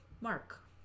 mark